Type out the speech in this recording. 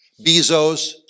Bezos